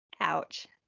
Ouch